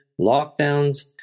lockdowns